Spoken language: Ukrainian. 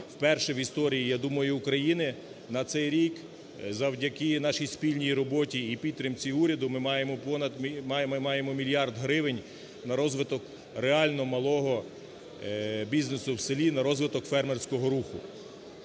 Вперше в історії, я думаю, України на цей рік завдяки нашій спільній роботі і підтримці уряду ми маємо понад... маємо мільярд гривень на розвиток реально малого бізнесу в селі, на розвиток фермерського руху.